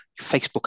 Facebook